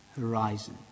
horizon